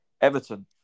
Everton